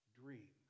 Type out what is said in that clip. dream